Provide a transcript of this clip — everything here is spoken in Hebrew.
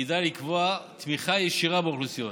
כדאי לקבוע תמיכה ישירה באוכלוסיות.